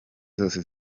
zose